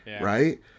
Right